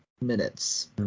minutes